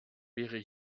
wäre